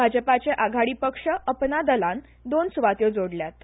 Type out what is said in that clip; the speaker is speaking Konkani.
भाजपाचे आघाडी पक्ष अपना दलान दोन सुवात्यो जोडल्यात